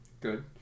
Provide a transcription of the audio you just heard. good